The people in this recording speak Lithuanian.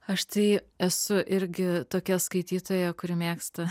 aš tai esu irgi tokia skaitytoja kuri mėgsta